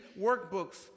workbooks